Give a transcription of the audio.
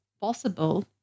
possible